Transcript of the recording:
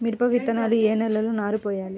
మిరప విత్తనాలు ఏ నెలలో నారు పోయాలి?